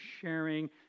sharing